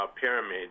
pyramid